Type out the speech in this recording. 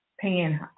Paying